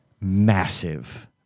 massive